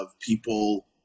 people